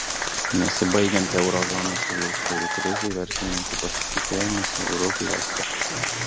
nesibaigiant euro zonos šalių skolų krizei verslininkų pasitikėjimas euru blėsta